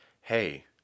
hey